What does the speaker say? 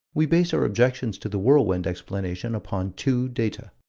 we base our objections to the whirlwind explanation upon two data